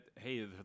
hey